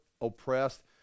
oppressed